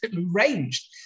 ranged